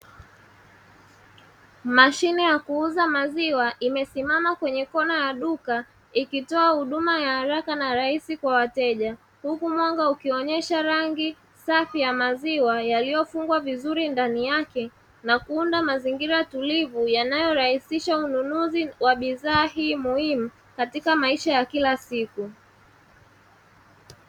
Mashine ya kuuza maziwa imesimama kwenye kona ya duka, ikitoa huduma ya haraka na rahisi kwa wateja huku mwanga ukionyesha rangi safi ya maziwa; yaliyofungwa vizuri ndani yake na kuunda mazingira tulivu, yanayorahisisha ununuzi wa bidhaa hii muhimu katika maisha ya kila siku.